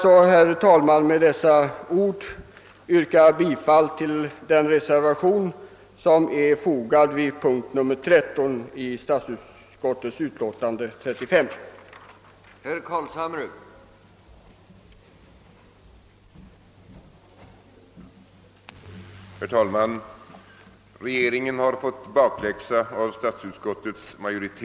Jag ber med det anförda att få yrka bifall till den vid punkten 13 i statsutskottets utlåtande nr 35 fogade reservationen 2.